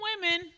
women